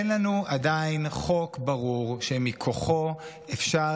אין לנו עדיין חוק ברור שמכוחו אפשר